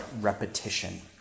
repetition